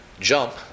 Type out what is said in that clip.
jump